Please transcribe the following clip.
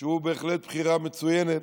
שהוא בהחלט בחירה מצוינת,